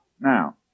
Now